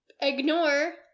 ignore